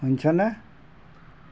শুনিছা নে